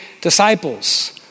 disciples